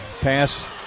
Pass